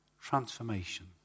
Transformation